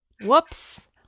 Whoops